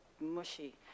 mushy